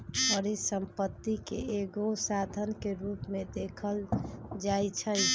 परिसम्पत्ति के एगो साधन के रूप में देखल जाइछइ